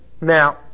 Now